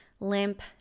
limp